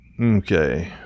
Okay